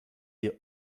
ihr